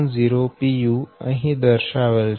10 pu અહી દર્શાવેલ છે